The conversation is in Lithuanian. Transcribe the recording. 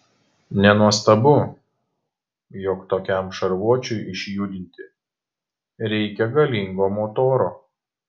nenuostabu jog tokiam šarvuočiui išjudinti reikia galingo motoro